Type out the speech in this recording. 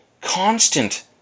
constant